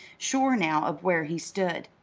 sure now of where he stood.